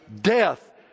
death